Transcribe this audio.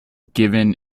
given